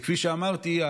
כפי שאמרתי,